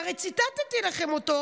והרי ציטטתי לכם אותו,